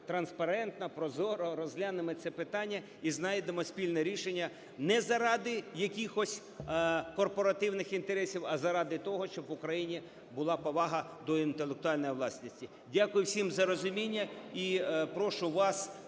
транспарентно, прозоро розглянемо це питання і знайдемо спільне рішення не заради якихось корпоративних інтересів, а заради того, щоб в Україні була повага до інтелектуальної власності. Дякую всім за розуміння. І прошу вас